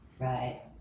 Right